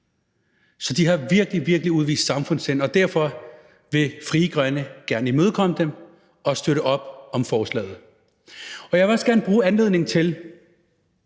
Så de har virkelig, virkelig udvist samfundssind, og derfor vil Frie Grønne gerne imødekomme dem og støtte op om forslaget. Jeg vil også gerne bruge anledningen til